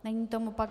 Není tomu tak.